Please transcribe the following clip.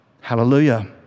Hallelujah